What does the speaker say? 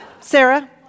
Sarah